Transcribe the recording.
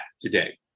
today